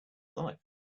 life